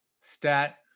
stat